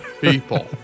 people